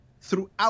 throughout